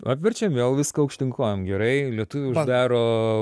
apverčiam vėl viską aukštyn kojom gerai lietuviai uždaro